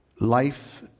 Life